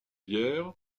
bières